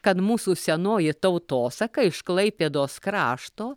kad mūsų senoji tautosaka iš klaipėdos krašto